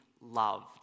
loved